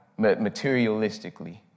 materialistically